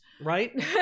right